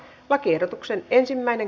käsittely päättyi